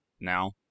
now